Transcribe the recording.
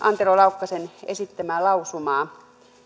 antero laukkasen esittämää lausumaa